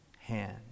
hand